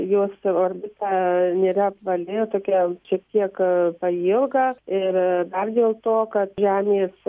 jos orbita nėra apvali tokia šiek tiek pailga ir dar dėl to kad žemės